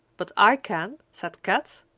but i can, said kat.